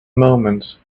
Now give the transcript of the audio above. moments